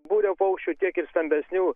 būrio paukščių tiek ir stambesnių